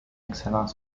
excellent